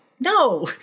No